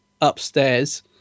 upstairs